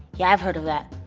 yeah, i've heard of that.